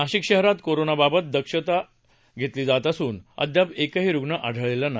नाशिक शहरात कोरोनाबाबत विशेष दक्षता घेतली जात असून अद्याप एकही रूग्ण आढळलेला नाही